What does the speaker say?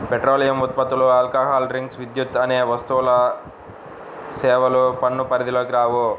petroleum ఉత్పత్తులు, alcohol drinks, విద్యుత్ అనేవి వస్తుసేవల పన్ను పరిధిలోకి రావు